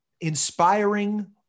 inspiring